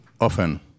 often